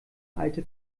alte